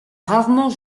rarement